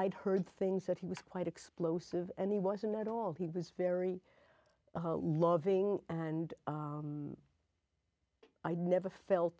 i'd heard things that he was quite explosive and he wasn't at all he was very loving and i never felt